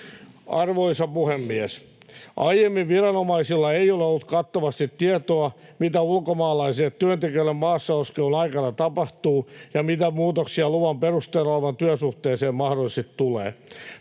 Arvoisa puhemies! Aiemmin viranomaisilla ei ole ollut kattavasti tietoa, mitä ulkomaalaisille työntekijöille maassa oleskelun aikana tapahtuu ja mitä muutoksia luvan perusteena olevaan työsuhteeseen mahdollisesti tulee.